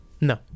No